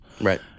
Right